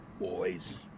boys